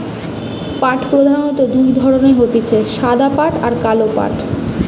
পাট প্রধানত দুই ধরণের হতিছে সাদা পাট আর কালো পাট